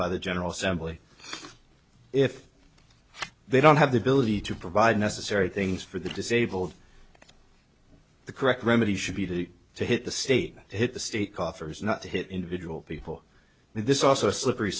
by the general assembly if they don't have the ability to provide necessary things for the disabled the correct remedy should be to to hit the state hit the state coffers not to hit individual people this is also a slippery